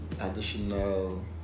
additional